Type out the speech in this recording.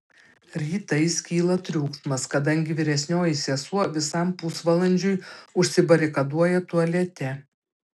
rytais kyla triukšmas kadangi vyresnioji sesuo visam pusvalandžiui užsibarikaduoja tualete